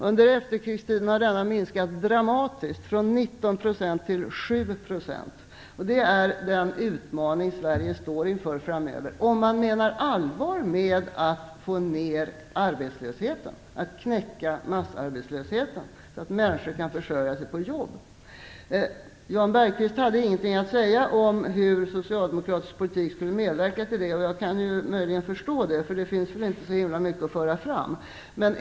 Under efterkrigstiden har den andelen minskat dramatiskt, från 19 procent till 7 procent. Det är bekymmersamt. Det är den utmaning Sverige står inför om man menar allvar med att få ned arbetslösheten och knäcka massarbetslösheten så att människor kan försörja sig på arbete. Jan Bergqvist hade ingenting att säga om hur socialdemokratisk politik skulle medverka till detta, och jag kan möjligen förstå det, för det finns väl inte så himla mycket att föra fram.